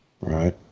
Right